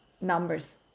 numbers